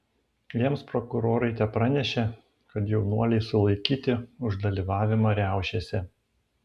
jiems prokurorai tepranešė kad jaunuoliai sulaikyti už dalyvavimą riaušėse